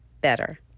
better